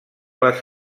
les